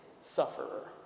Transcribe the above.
sufferer